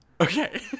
Okay